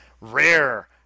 Rare